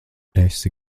esi